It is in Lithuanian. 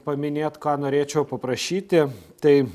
paminėt ką norėčiau paprašyti tai